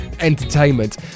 entertainment